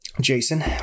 jason